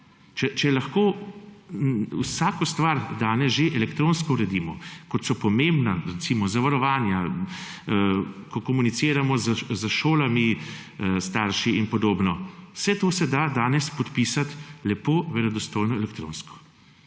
Če lahko vsako stvar danes že elektronsko uredimo, recimo zavarovanja, ko komuniciramo starši s šolami starši in podobno, vse to se da danes podpisati lepo verodostojno elektronsko.